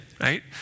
right